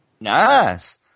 Nice